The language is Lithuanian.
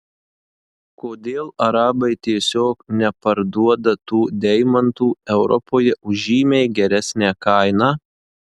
kodėl arabai tiesiog neparduoda tų deimantų europoje už žymiai geresnę kainą